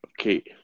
Okay